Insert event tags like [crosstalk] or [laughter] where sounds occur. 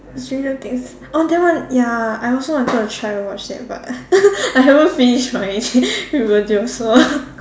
stranger things oh that one ya I also wanted to try to watch that but [laughs] I haven't finish my [laughs] Riverdale so [laughs]